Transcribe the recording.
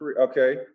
okay